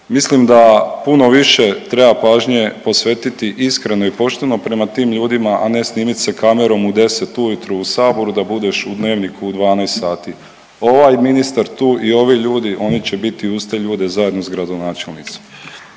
Mislim da puno više treba pažnje posvetiti iskreno i pošteno prema tim ljudima, a ne snimit se kamerom u 10 u jutro u Saboru da budeš u Dnevniku u 12,00 sati. Ovaj ministar tu i ovi ljudi oni će biti uz te ljude zajedno sa gradonačelnicom.